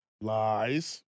Lies